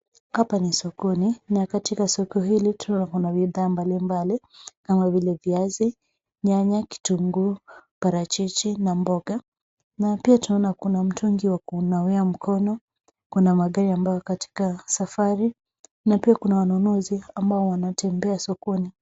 Hapa ni sokoni na katika soko hili tunaweza kuona bidhaa mbalimbali kama vile viazi, nyanya, kitunguu, parachichi na mboga na pia tunaona kuna mtungi wa kunawia mkono, kuna magari ambayo katika safari na pia kuna wanunuzi ambao wanatembea sokoni.